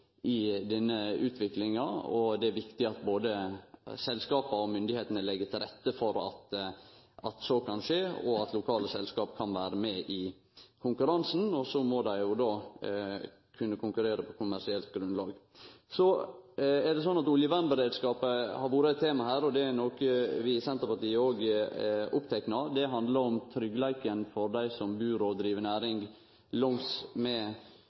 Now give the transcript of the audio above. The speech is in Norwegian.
denne utviklinga. Det er viktig at både selskapa og styresmaktene legg til rette for at så kan skje, slik at lokale selskap kan vere med i konkurransen. Så må dei jo då kunne konkurrere på kommersielt grunnlag. Oljevernberedskapen har vore eit tema her, og det er noko som vi i Senterpartiet òg er opptekne av. Det handlar om tryggleiken for dei som bur og driv næring langs